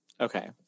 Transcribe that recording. okay